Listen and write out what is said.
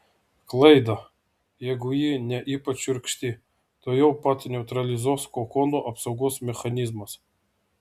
klaidą jeigu ji ne ypač šiurkšti tuojau pat neutralizuos kokono apsaugos mechanizmas